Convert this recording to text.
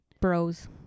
bros